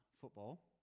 football